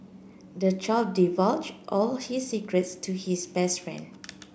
the child divulged all his secrets to his best friend